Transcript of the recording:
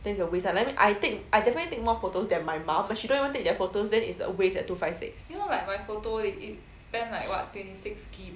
then it's a waste I mean I take I definitely take more photos than my mom she don't even take photos then is a waste leh two five six